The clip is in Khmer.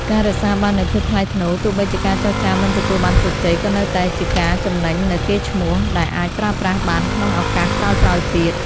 ការរក្សាបាននូវភាពថ្លៃថ្នូរ ទោះបីជាការចរចាមិនទទួលបានជោគជ័យ ក៏នៅតែជាការចំណេញនូវ "កេរ្តិ៍ឈ្មោះ" ដែលអាចប្រើប្រាស់បានក្នុងឱកាសក្រោយៗទៀត។